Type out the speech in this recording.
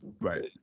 Right